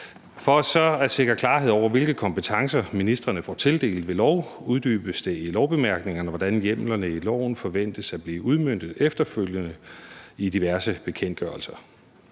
For så at sikre klarhed over, hvilke kompetencer ministrene får tildelt ved lov, uddybes det i lovbemærkningerne, hvordan hjemlerne i loven forventes at blive udmøntet efterfølgende i diverse bekendtgørelser.